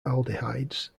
aldehydes